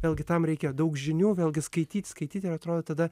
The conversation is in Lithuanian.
vėlgi tam reikia daug žinių vėlgi skaityt skaityt ir atrodo tada